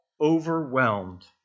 overwhelmed